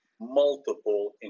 multiple